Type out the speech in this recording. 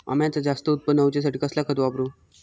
अम्याचा जास्त उत्पन्न होवचासाठी कसला खत वापरू?